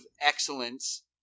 excellence